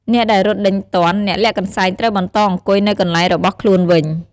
អ្នកដែលរត់ដេញទាន់ អ្នកលាក់កន្សែងត្រូវបន្តអង្គុយនៅកន្លែងរបស់ខ្លួនវិញ។